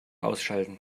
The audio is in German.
ausschalten